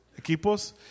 equipos